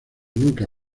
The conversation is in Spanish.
nunca